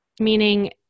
meaning